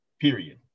period